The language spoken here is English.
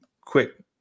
quick